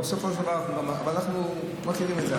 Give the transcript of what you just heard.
אבל בסופו של דבר, אנחנו מכירים את זה.